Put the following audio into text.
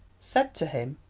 said to him?